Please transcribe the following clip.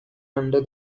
under